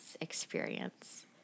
experience